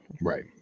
Right